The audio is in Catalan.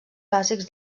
bàsics